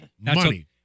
Money